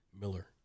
Miller